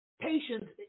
Patience